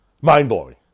Mind-blowing